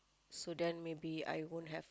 so then maybe I won't have